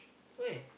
where